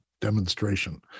demonstration